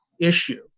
issue